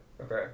okay